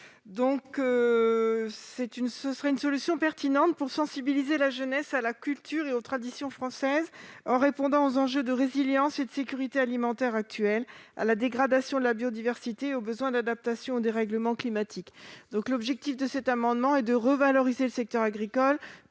Ce serait une solution pertinente pour sensibiliser la jeunesse à la culture et aux traditions françaises, en répondant aux enjeux de résilience et de sécurité alimentaire actuels, à la dégradation de la biodiversité et aux besoins d'adaptation aux dérèglements climatiques. L'objet de cet amendement est de revaloriser le secteur agricole,